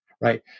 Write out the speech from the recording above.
right